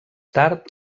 tard